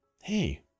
Hey